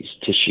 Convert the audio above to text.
tissue